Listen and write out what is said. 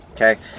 okay